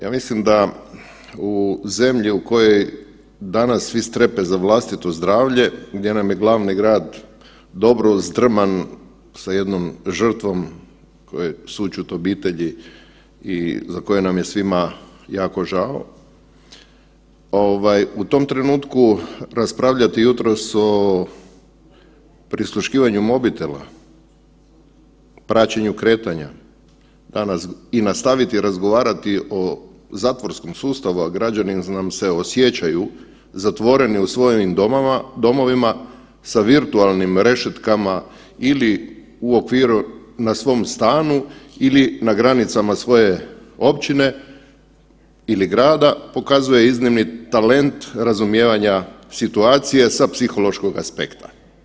Ja mislim da u zemlji u kojoj danas svi strepe za vlastito zdravlje, gdje nam je glavni grad dobro zdrman sa jednom žrtvom, sućut obitelji i za koje nam je svima jako žao, ovaj u tom trenutku raspravljati jutros o prisluškivanju mobitela, praćenju kretanja danas i nastaviti razgovarati o zatvorskom sustavu, a građani nam se osjećaju zatvoreni u svojim domovima sa virtualnim rešetkama ili u okviru na svom stanu ili na granicama svoje općine ili grada, pokazuje iznimni talent razumijevanja situacije sa psihološkog aspekta.